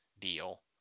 deal